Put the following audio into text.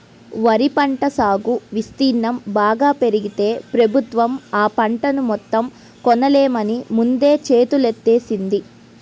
వరి పంట సాగు విస్తీర్ణం బాగా పెరిగితే ప్రభుత్వం ఆ పంటను మొత్తం కొనలేమని ముందే చేతులెత్తేత్తంది